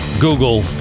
google